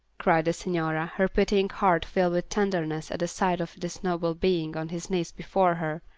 cried the signora, her pitying heart filled with tenderness at the sight of this noble being on his knees before her,